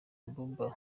abouba